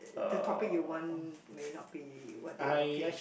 the topic you want may not be what they're looking